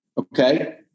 Okay